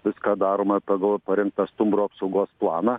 viską darome pagal parengtą stumbrų apsaugos planą